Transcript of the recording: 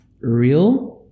real